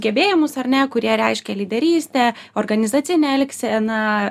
gebėjimus ar ne kurie reiškia lyderystę organizacinę elgseną